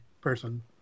person